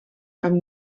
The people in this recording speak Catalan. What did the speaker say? amb